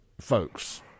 Folks